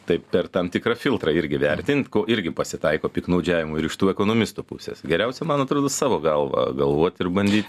taip per tam tikrą filtrą irgi vertinti ko irgi pasitaiko piktnaudžiavimų ir iš tų ekonomistų pusės geriausia man atrodo savo galva galvoti ir bandyti